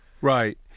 Right